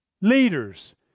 leaders